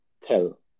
tell